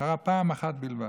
זה קרה פעם אחת בלבד,